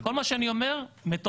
כל מה שאני אומר מתועד.